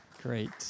great